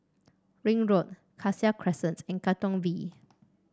Ring Road Cassia Crescent and Katong V